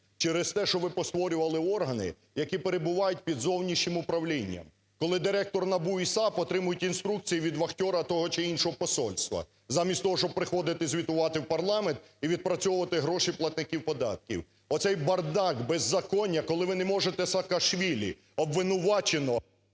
через те, що ви створювали органи, які перебувають під зовнішнім управлінням, коли директор НАБУ і САП отримують інструкції від вахтера того чи іншого посольства замість того, щоб приходити звітувати в парламент і відпрацьовувати гроші платників податків. Оцей бардак беззаконня, коли ви не можете Саакашвілі обвинуваченого…